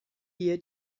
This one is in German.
hier